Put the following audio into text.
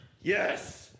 Yes